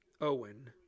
Owen